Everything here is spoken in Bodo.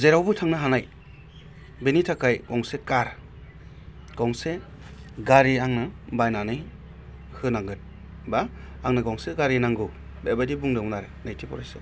जेरावबो थांनो हानाय बिनि थाखाय गंसे कार गंसे गारि आंनो बायनानै होनांगोन बा आंनो गंसे गारि नांगौ बेबादि बुंदोंमोन आरो नैथि फरायसाया